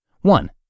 One